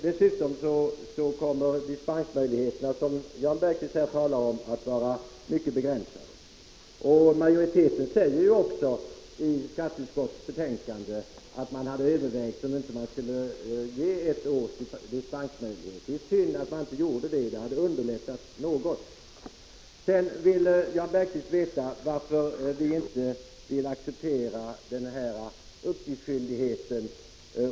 Dessutom kommer dispensmöjligheterna, som Jan Bergqvist här talade om, att vara mycket begränsade. Skatteutskottets majoritet skriver också att man hade övervägt att ge ett års dispens. Det är synd att man inte gjorde det. Det hade underlättat något. 7 Sedan vill Jan Bergqvist veta varför vi inte kan acceptera den här uppgiftsskyldigheten.